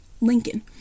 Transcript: Lincoln